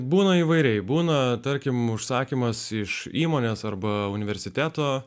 būna įvairiai būna tarkim užsakymas iš įmonės arba universiteto